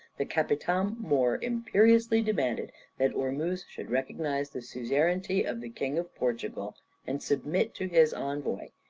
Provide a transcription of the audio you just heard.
the capitam mor imperiously demanded that ormuz should recognize the suzerainty of the king of portugal and submit to his envoy,